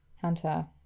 Hunter